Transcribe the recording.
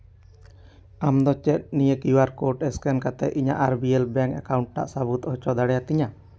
ᱟᱢᱫᱚ ᱪᱮᱫ ᱱᱤᱭᱟᱹ ᱠᱤᱭᱩᱼᱟᱨ ᱠᱳᱰ ᱥᱠᱮᱱ ᱠᱟᱛᱮᱜ ᱤᱧᱟᱹᱜ ᱟᱨ ᱵᱤ ᱮᱞ ᱵᱮᱝᱠᱼᱮᱠᱟᱩᱱᱴ ᱴᱟᱜ ᱥᱟᱹᱵᱩᱫ ᱦᱚᱪᱚ ᱫᱟᱲᱮ ᱟᱹᱛᱤᱧᱟ